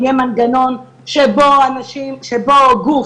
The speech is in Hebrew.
אם יהיה מנגנון שבו גוף